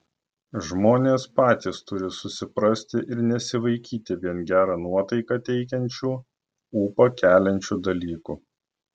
žmonės patys turi susiprasti ir nesivaikyti vien gerą nuotaiką teikiančių ūpą keliančių dalykų